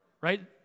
Right